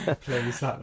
Please